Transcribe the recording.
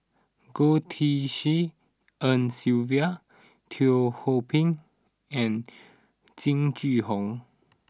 Goh Tshin En Sylvia Teo Ho Pin and Jing Jun Hong